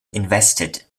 invested